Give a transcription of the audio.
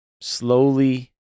slowly